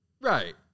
right